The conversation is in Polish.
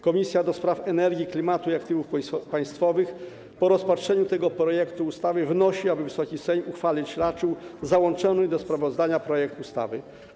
Komisja do Spraw Energii, Klimatu i Aktywów Państwowych po rozpatrzeniu tego projektu ustawy wnosi, aby Wysoki Sejm uchwalić raczył załączony do sprawozdania projekt ustawy.